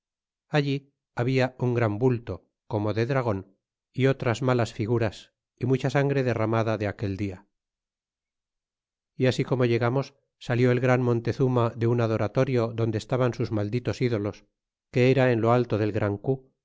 alli habla un gran bulto como de dragon é otras malas figuras y mucha sangre derramada de aquel dia e así como llegamos salió el gran montezuma de un adoratorio donde estaban sus malditos ídolos que era en lo alto del gran